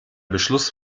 beschluss